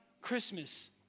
Christmas